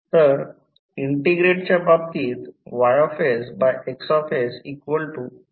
तर इंटिग्रेटच्या बाबतीत YX 1s